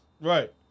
Right